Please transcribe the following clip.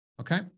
Okay